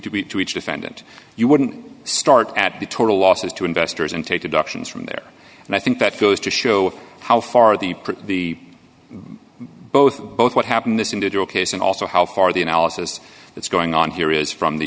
defendant to each defendant you wouldn't start at the total losses to investors and take adoptions from there and i think that goes to show how far the the both both what happened this individual case and also how far the analysis that's going on here is from the